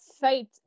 faith